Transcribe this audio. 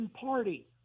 party